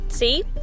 See